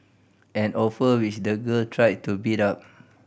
an offer which the girl tried to beat up